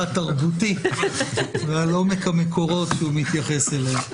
התרבותי ועל עומק המקורות שהוא מתייחס אליהם.